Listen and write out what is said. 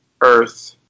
earth